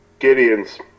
Gideons